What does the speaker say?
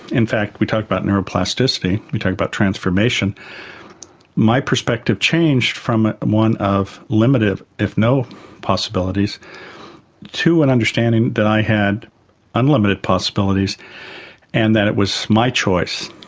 in fact we talk about neuroplasticity, we talk about transformation my perspective changed from one of limited if no possibilities to an understanding that i had unlimited possibilities and that it was my choice,